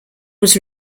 was